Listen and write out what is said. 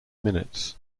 minutes